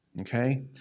okay